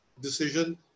decision